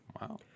Wow